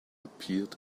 appeared